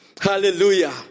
Hallelujah